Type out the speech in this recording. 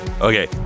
Okay